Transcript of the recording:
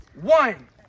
One